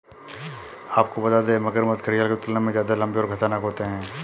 आपको बता दें, मगरमच्छ घड़ियाल की तुलना में ज्यादा लम्बे और खतरनाक होते हैं